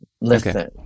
Listen